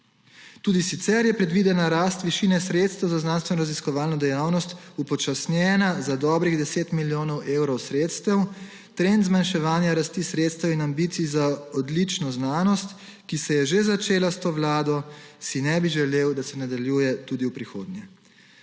Tudi sicer je predvidena rast višine sredstev za znanstvenoraziskovalno dejavnost upočasnjena za dobrih 10 milijonov evrov sredstev, trend zmanjševanja rasti sredstev in ambicij za odlično znanost, ki se je že začela s to vlado, si ne bi želel, da se nadaljuje tudi v prihodnje.